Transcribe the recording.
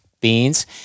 beans